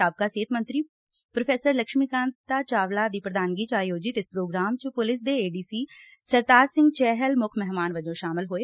ਸਾਬਕਾ ਸਿਹਤ ਮੰਤਰੀ ਪ੍ਰੋ ਲਕਸ਼ਮੀ ਕਾਂਤਾ ਚਾਵਲਾ ਦੀ ਪ੍ਰਧਾਨਗੀ ਚ ਆਯੋਜਿਤ ਇਸ ਪ੍ਰੋਗਰਾਮ ਚ ਪੁਲਿਸ ਦੇ A D C Sartaj Singh Chahal ਮੁੱਖ ਮਹਿਮਾਨ ਵਜੋਂ ਸ਼ਾਮਲ ਹੋਏ